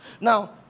Now